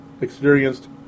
experienced